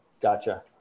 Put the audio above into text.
Gotcha